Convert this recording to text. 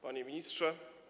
Panie Ministrze!